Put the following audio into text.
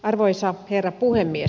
arvoisa herra puhemies